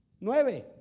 Nueve